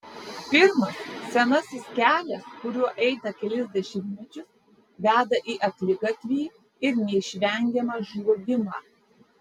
pirmas senasis kelias kuriuo eita kelis dešimtmečius veda į akligatvį ir neišvengiamą žlugimą